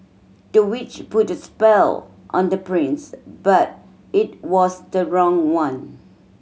the witch put a spell on the prince but it was the wrong one